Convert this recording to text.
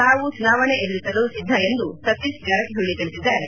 ತಾವು ಚುನಾವಣೆ ಎದುರಿಸಲು ಸಿದ್ದ ಎಂದು ಸತೀಶ ಜಾರಕಿಹೊಳಿ ತಿಳಿಸಿದ್ದಾರೆ